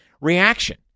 reaction